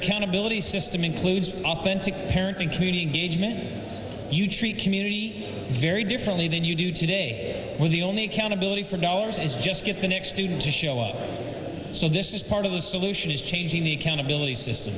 accountability system includes authentic parents including ajman you treat community very differently than you do today when the only accountability for dollars as just get the next two to show up so this is part of the solution is changing the accountability system